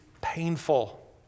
painful